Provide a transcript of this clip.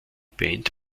band